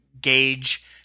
gauge